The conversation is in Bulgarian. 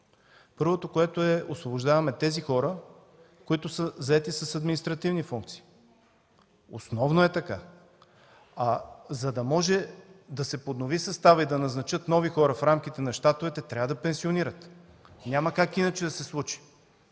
Първо, освобождаваме само тези хора, които са заети с административни функции. Основно е така. За да може да се поднови съставът и да назначат нови хора в рамките на щатовете, трябва да пенсионират. Няма как иначе да се случи.